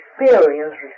experience